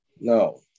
No